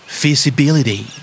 feasibility